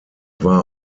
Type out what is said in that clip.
war